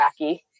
wacky